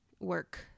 work